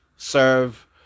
serve